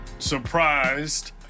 surprised